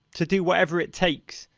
to do whatever it takes.